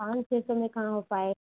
पाँच सौ से में कहाँ हो पाए